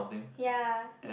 yea